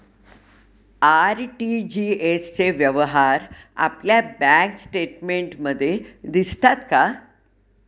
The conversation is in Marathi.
आर.टी.जी.एस चे व्यवहार आपल्या बँक स्टेटमेंटमध्ये दिसतात का?